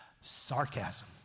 sarcasm